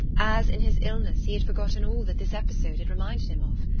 as in his illness he had forgotten all that this episode had reminded him of.